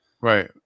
Right